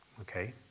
Okay